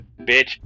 bitch